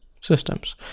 systems